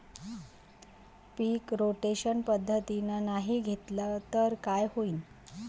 पीक rotation पद्धतीनं नाही घेतलं तर काय होईन?